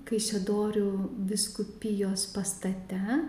kaišiadorių vyskupijos pastate